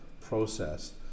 process